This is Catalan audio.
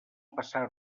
passar